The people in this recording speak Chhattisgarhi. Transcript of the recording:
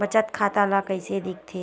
बचत खाता ला कइसे दिखथे?